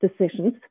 decisions